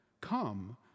Come